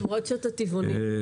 למרות שאתה טבעוני.